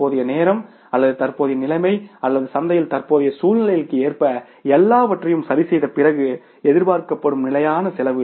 தற்போதைய நேரம் அல்லது தற்போதைய நிலைமை அல்லது சந்தையில் தற்போதைய சூழ்நிலைக்கு ஏற்ப எல்லாவற்றையும் சரிசெய்த பிறகு எதிர்பார்க்கப்படும் நிலையான செலவு